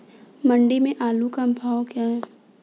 मंडी में आलू का भाव क्या है?